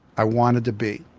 i wanted to be.